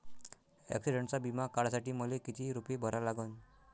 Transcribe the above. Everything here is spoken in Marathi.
ॲक्सिडंटचा बिमा काढा साठी मले किती रूपे भरा लागन?